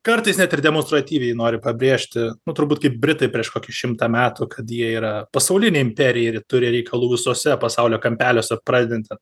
kartais net ir demonstratyviai nori pabrėžti nu turbūt kaip britai prieš kokį šimtą metų kad jie yra pasaulinė imperija ir turi reikalų visuose pasaulio kampeliuose pradedant